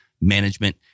management